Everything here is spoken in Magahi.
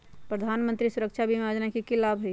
प्रधानमंत्री सुरक्षा बीमा योजना के की लाभ हई?